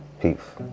Peace